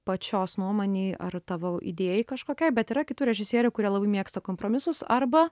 pačios nuomonei ar tavo idėjai kažkokiai bet yra kitų režisierių kurie labai mėgsta kompromisus arba